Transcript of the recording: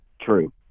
true